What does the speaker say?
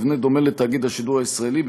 במבנה דומה לזה של תאגיד השידור הישראלי,